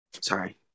Sorry